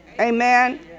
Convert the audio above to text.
Amen